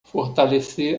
fortalecer